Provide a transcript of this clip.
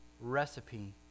recipe